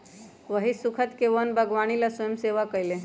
वही स्खुद के वन बागवानी ला स्वयंसेवा कई लय